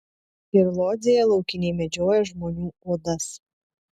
ir lodzėje laukiniai medžiojo žmonių odas